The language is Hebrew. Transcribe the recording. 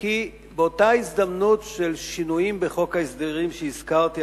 באותה הזדמנות של שינויים בחוק ההסדרים שהזכרתי,